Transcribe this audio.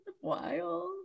Wild